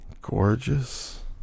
Gorgeous